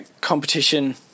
competition